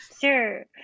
Sure